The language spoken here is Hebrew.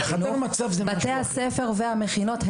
בתי הספר והמכינות,